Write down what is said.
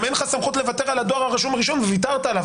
גם אין לך סמכות לוותר על הדואר הרשום הראשון וויתרת עליו,